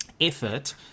effort